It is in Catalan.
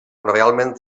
realment